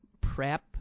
prep